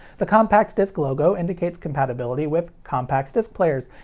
the compact disc logo indicates compatibility with compact disc players,